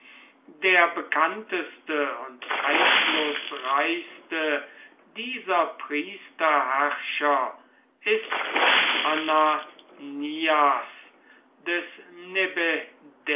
der bekannteste und einflußreichste dieser priesterherrscher ist ananias